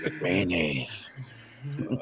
Mayonnaise